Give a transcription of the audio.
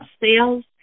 sales